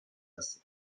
هستیم